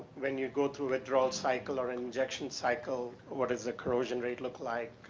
when you go through withdrawal cycle or injection cycle, what does ah corrosion rate look like?